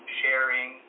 sharing